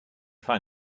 find